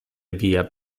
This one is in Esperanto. viaj